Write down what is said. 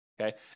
okay